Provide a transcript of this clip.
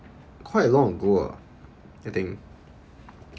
quite long ago ah I think